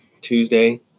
Tuesday